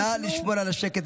נא לשמור על השקט,